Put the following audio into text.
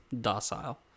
docile